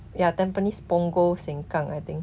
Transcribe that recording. ya tampines punggol sengkang I think